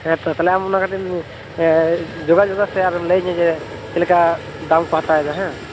ᱦᱮᱸ ᱛᱚ ᱛᱟᱦᱚᱞᱮ ᱟᱢ ᱚᱱᱟ ᱠᱟᱹᱴᱤᱡ ᱮᱢ ᱡᱳᱜᱟᱡᱳᱜᱟ ᱥᱮ ᱟᱨᱮᱢ ᱞᱟᱹᱭᱟᱹᱧᱟᱹ ᱡᱮ ᱪᱮᱫ ᱞᱮᱠᱟ ᱫᱟᱢ ᱠᱚ ᱦᱟᱛᱟᱣ ᱮᱫᱟ ᱦᱮᱸ